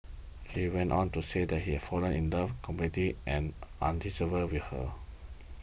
he went on to say that he fallen in love completely and with her